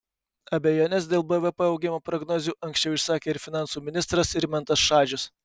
abejones dėl bvp augimo prognozių anksčiau išsakė ir finansų ministras rimantas šadžius